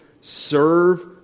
Serve